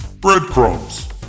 Breadcrumbs